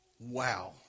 Wow